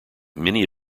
many